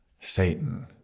Satan